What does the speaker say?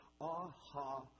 aha